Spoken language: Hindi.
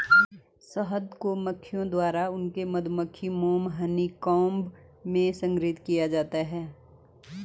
शहद को मधुमक्खियों द्वारा उनके मधुमक्खी मोम हनीकॉम्ब में संग्रहीत किया जाता है